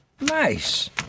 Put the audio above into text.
Nice